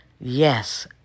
Yes